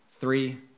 Three